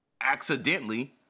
accidentally